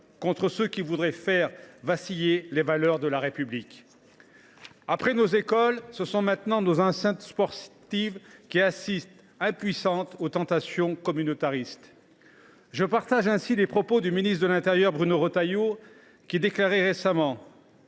contre ceux qui voudraient faire vaciller les valeurs de la République. Après nos écoles, ce sont maintenant nos enceintes sportives qui assistent, impuissantes, aux tentations communautaristes. Je fais ainsi miens les propos du ministre de l’intérieur, Bruno Retailleau, qui déclarait récemment